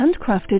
handcrafted